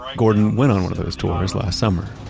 gordon went on one of those tours last summer